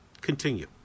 Continue